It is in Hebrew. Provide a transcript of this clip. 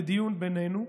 לדיון בינינו,